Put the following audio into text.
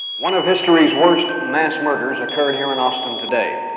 one of history's worst mass murders occurred here in austin today.